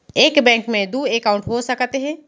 एक बैंक में दू एकाउंट हो सकत हे?